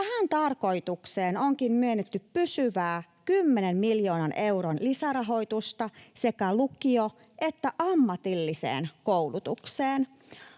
Tähän tarkoitukseen onkin myönnetty pysyvää 10 miljoonan euron lisärahoitusta sekä lukio- että ammatilliseen koulutukseen.